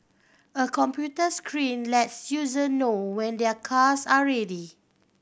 a computer screen lets user know when their cars are ready